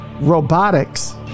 robotics